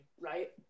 Right